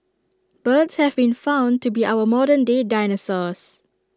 birds have been found to be our modern day dinosaurs